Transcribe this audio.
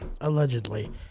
Allegedly